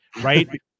right